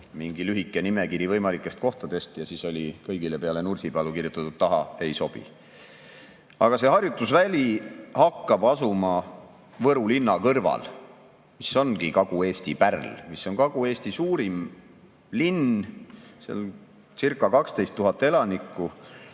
mingi lühike nimekiri võimalikest kohtadest, ja siis oli kõigile peale Nursipalu kirjutatud taha: ei sobi. Aga see harjutusväli hakkab asuma Võru linna kõrval, mis ongi Kagu-Eesti pärl, mis on Kagu-Eesti suurim linn, circa12 000 elanikku.